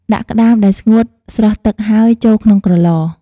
ដាក់ក្ដាមដែលស្ងួតស្រស់ទឹកហើយ ចូលក្នុងក្រឡ។